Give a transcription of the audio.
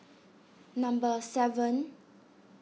number seven